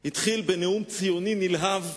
התחיל בנאום ציוני נלהב,